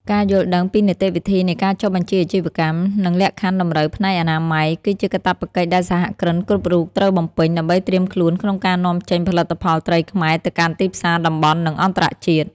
ការយល់ដឹងពីនីតិវិធីនៃការចុះបញ្ជីអាជីវកម្ម និងលក្ខខណ្ឌតម្រូវផ្នែកអនាម័យ គឺជាកាតព្វកិច្ចដែលសហគ្រិនគ្រប់រូបត្រូវបំពេញ ដើម្បីត្រៀមខ្លួនក្នុងការនាំចេញផលិតផលត្រីខ្មែរទៅកាន់ទីផ្សារតំបន់ និងអន្តរជាតិ។